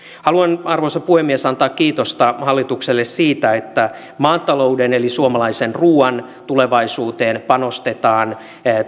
haluan arvoisa puhemies antaa kiitosta hallitukselle siitä että maatalouden eli suomalaisen ruuan tulevaisuuteen panostetaan